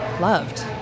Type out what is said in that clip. loved